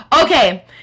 Okay